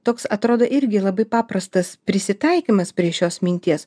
toks atrodo irgi labai paprastas prisitaikymas prie šios minties